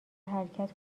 حرکت